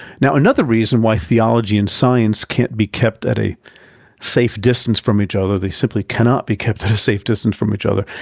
now another reason why theology and science can't be kept at a safe distance from each other, they simply cannot be kept at a safe distance from each other,